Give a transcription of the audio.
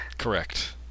Correct